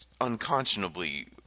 unconscionably